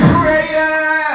Prayer